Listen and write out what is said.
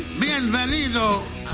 Bienvenido